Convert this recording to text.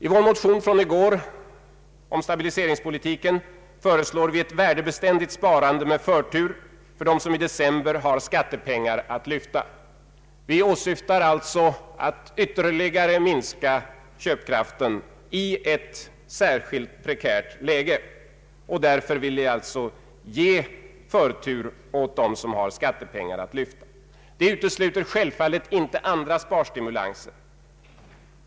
I vår motion från i går om stabiliseringspolitiken föreslår vi ett värdebeständigt sparande med förtur för dem som i december har skattepengar att lyfta. Vi åsyftar alltså att ytterligare minska köpkraften i ett särskilt prekärt läge. Detta utesluter självfallet inte andra sparstimulanser.